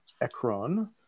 Ekron